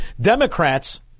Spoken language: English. Democrats